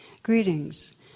Greetings